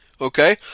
Okay